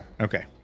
Okay